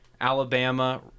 Alabama